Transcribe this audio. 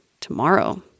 tomorrow